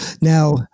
Now